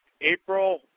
April